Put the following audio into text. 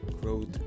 growth